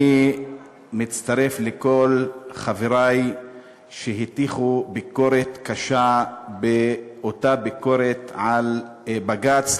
אני מצטרף לכל חברי שהטיחו ביקורת קשה באותה ביקורת על בג"ץ,